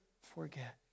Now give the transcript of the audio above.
forget